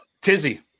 Tizzy